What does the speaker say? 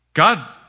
God